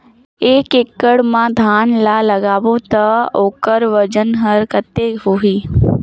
एक एकड़ मा धान ला लगाबो ता ओकर वजन हर कते होही?